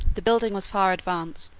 the building was far advanced,